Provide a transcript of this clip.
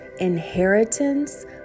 inheritance